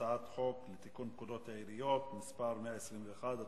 הצעת חוק לתיקון פקודת העיריות (מס' 121),